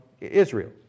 Israel